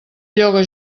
lloga